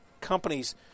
companies